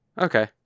Okay